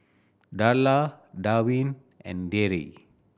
Darla Darvin and Deidre